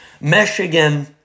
Michigan